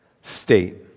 state